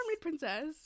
princess